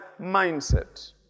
mindset